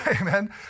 amen